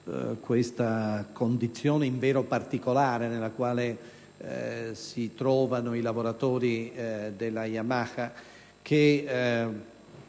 questa condizione, invero particolare, nella quale si trovano i lavoratori della Yamaha.